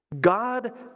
God